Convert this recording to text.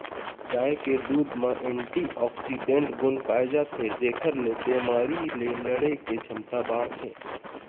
गाय के दूद म एंटीऑक्सीडेंट गुन पाए जाथे जेखर ले बेमारी ले लड़े के छमता बाड़थे